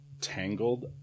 Tangled